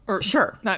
Sure